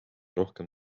rohkem